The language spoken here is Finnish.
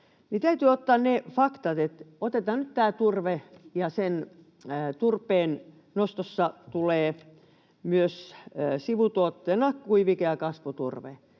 Täytyy ottaa ne faktat. Otetaan nyt tämä turve, ja sen turpeen nostossa tulee sivutuotteena kuivike ja kasvuturve.